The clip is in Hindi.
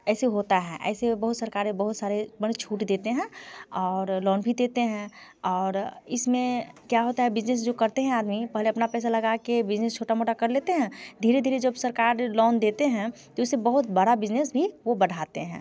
ऐसे होता है ऐसे बहुत सरकारें बहुत सारे मने छूट देते हैं और लौन भी देते हैं और इसमें क्या होता है बिजनेस जो करते हैं आदमी पहले अपना पैसा लगा के बिजनेस छोटा मोटा कर लेते हैं धीरे धीरे जब सरकार लौन देते हैं तो इससे बहुत बड़ा बिजनेस भी वो बढ़ाते हैं